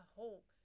hope